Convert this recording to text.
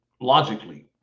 logically